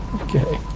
Okay